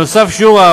נוסף על כך,